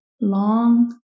long